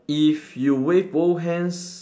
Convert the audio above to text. if you wave both hands